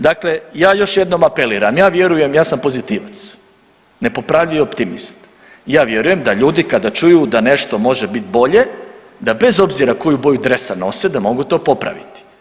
Dakle, ja još jednom apeliram, ja vjerujem, ja sam pozitivac, nepopravljiv optimist, ja vjerujem da ljudi kada čuju da nešto može biti bolje, da bez obzira koju boju dresa nose da mogu to popraviti.